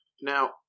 Now